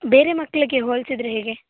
ಬೇರೆ ಮಕ್ಕಳಿಗೆ ಹೋಲಿಸಿದರೆ ಹೇಗೆ